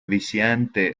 viciente